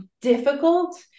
difficult